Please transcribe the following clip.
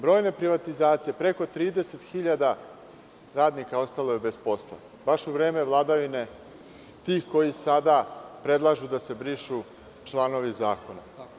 Brojne privatizacije, preko 30.000 radnika ostalo je bez posla, baš u vreme vladavine tih koji sada predlažu da se brišu članovi zakona.